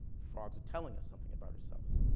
frogs are telling us something about ourselves.